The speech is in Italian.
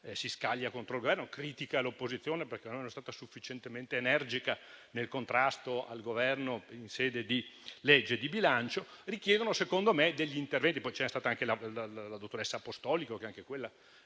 si scaglia contro il Governo e critica l'opposizione perché non è stata sufficientemente energica nel contrasto al Governo in sede di legge di bilancio - richiedono, secondo me, degli interventi. C'è stato anche il caso della dottoressa Apostolico, che si era